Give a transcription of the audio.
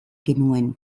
genuen